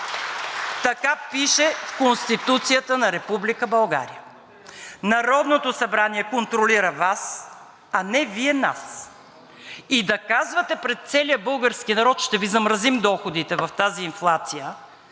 Така пише в Конституцията на Република България. Народното събрание контролира Вас, а не Вие нас. И да казвате пред целия български народ „ще Ви замразим доходите“ в тази инфлация,